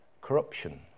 corruption